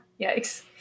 yikes